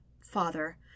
father